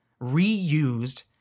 reused